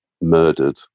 murdered